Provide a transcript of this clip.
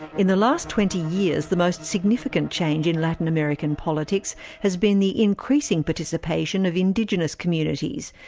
in the last twenty years, the most significant change in latin american politics has been the increasing participation of indigenous communities,